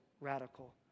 radical